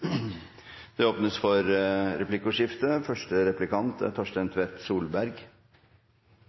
Det åpnes for replikkordskifte. Fortsatt er